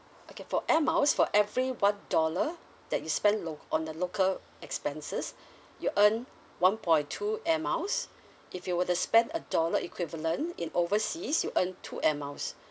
okay for air miles for every one dollar that you spend loc~ on the local expenses you earn one point two air miles if you were to spend a dollar equivalent in overseas you earn two air miles